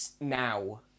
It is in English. now